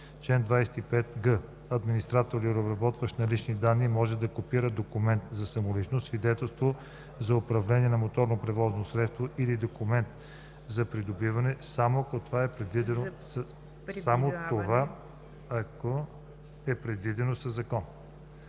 25г. Администратор или обработващ на лични данни може да копира документ за самоличност, свидетелство за управление на моторно превозно средство или документ за пребиваване само ако това е предвидено със закон.